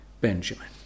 Benjamin